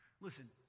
Listen